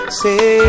say